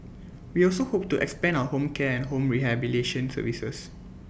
we also hope to expand our home care and home rehabilitation services